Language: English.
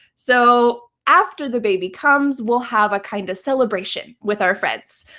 so after the baby comes, we'll have a kind of celebration with our friends.